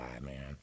man